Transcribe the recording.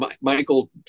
Michael